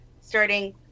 starting